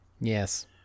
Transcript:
Yes